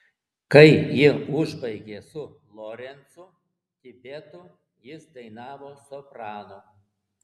kai ji užbaigė su lorencu tibetu jis dainavo sopranu